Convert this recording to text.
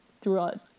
throughout